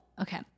Okay